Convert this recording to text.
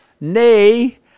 Nay